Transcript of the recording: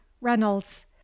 Reynolds